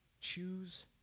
Choose